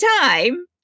time